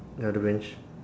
ya the bench